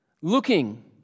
looking